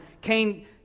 Cain